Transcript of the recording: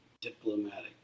diplomatic